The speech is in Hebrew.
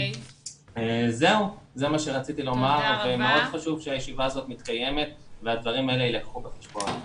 מאוד חשוב שהישיבה הזאת מתקיימת ושהדברים האלה יילקחו בחשבו.